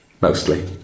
mostly